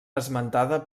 esmentada